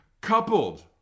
coupled